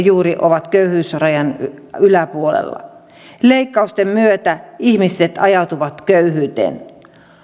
juuri ovat köyhyysrajan yläpuolella leikkausten myötä ihmiset ajautuvat köyhyyteen